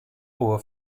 over